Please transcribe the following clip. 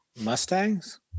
Mustangs